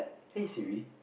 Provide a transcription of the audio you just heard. hey Siri